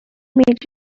and